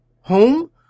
Home